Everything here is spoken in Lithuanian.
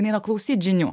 neeina klausyt žinių